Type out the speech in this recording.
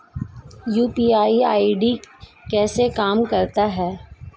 UPI ID कैसे काम करता है?